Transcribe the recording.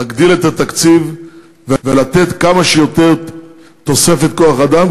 להגדיל את התקציב ולתת כמה שיותר תוספת כוח-אדם,